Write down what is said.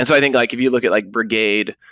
i think like if you look at like brigade,